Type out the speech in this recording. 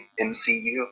MCU